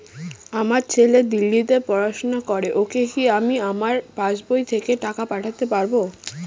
আমার ছেলে দিল্লীতে পড়াশোনা করে ওকে কি আমি আমার পাসবই থেকে টাকা পাঠাতে পারব?